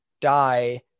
die